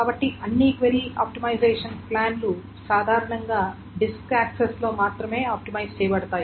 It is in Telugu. కాబట్టి అన్ని క్వెరీ ఆప్టిమైజేషన్ ప్లాన్query optimization plan లు సాధారణంగా డిస్క్ యాక్సెస్లో మాత్రమే ఆప్టిమైజ్ చేయబడతాయి